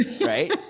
Right